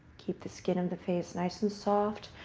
keep the skin of the face nice and soft.